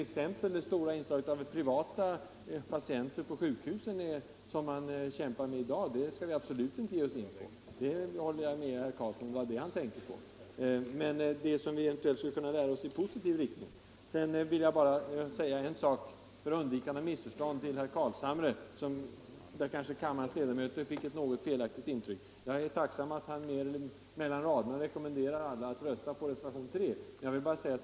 Exempelvis det stora inslaget av privata patienter på sjukhusen, som man kämpar med i dag, skall vi absolut inte ge oss in på. Det håller jag med herr Karlsson i Huskvarna om, ifall det var det han tänkte på. Till herr Carlshamre vill jag säga ett par ord, eftersom kammarens ledamöter kanske fick ett felaktigt intryck av vad som hänt i utskottet. Jag är tacksam för att han mellan raderna rekommenderar alla att rösta på reservationen 3.